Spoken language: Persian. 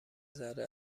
ذره